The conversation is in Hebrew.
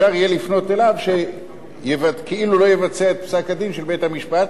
אפשר יהיה לפנות אליו כדי שכאילו לא יבצע את פסק-הדין של בית-המשפט,